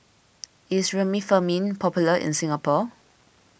is Remifemin popular in Singapore